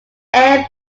air